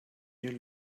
you